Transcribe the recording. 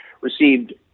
received